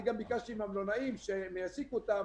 אני גם ביקשתי מהמלונאים שיעסיקו אותם